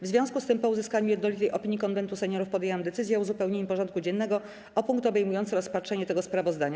W związku z tym, po uzyskaniu jednolitej opinii Konwentu Seniorów, podjęłam decyzję o uzupełnieniu porządku dziennego o punkt obejmujący rozpatrzenie tego sprawozdania.